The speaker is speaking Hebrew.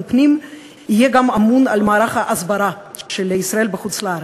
הפנים יהיה גם אמון על מערך ההסברה של ישראל בחוץ-לארץ.